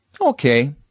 Okay